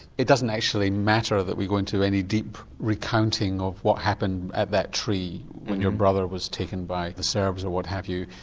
it doesn't actually matter that we go into any deep recounting of what happened at that tree when your brother was taken by the serbs or what have you,